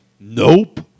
Nope